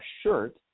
shirt